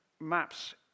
maps